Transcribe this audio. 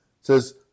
says